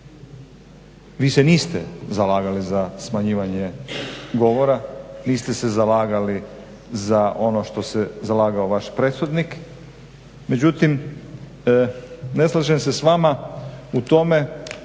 Vi se niste zalagali za smanjivanje govora, niste se zalagali za ono što se zalagao vaš prethodnik međutim ne slažem se s vama u tome